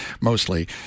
mostly